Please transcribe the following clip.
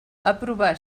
aprovar